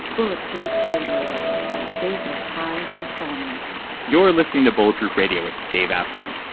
bulletproof radio, a station of high performance you're listening to bulletproof radio with dave asprey.